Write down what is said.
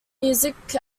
music